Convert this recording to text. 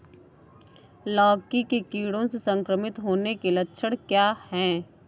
लौकी के कीड़ों से संक्रमित होने के लक्षण क्या हैं?